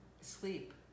sleep